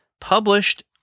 published